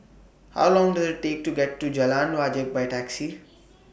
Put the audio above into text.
How Long Does IT Take to get to Jalan Wajek By Taxi